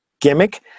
gimmick